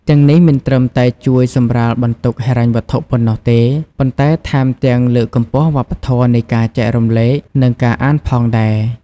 ទាំងនេះមិនត្រឹមតែជួយសម្រាលបន្ទុកហិរញ្ញវត្ថុប៉ុណ្ណោះទេ ប៉ុន្តែថែមទាំងលើកកម្ពស់វប្បធម៌នៃការចែករំលែក និងការអានផងដែរ។